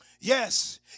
Yes